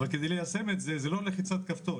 אבל כדי ליישם את זה, זה לא בלחיצת כפתור.